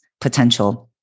potential